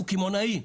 הוא קמעונאי,